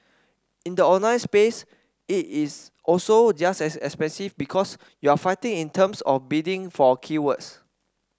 in the online space it is also just as expensive because you're fighting in terms of bidding for keywords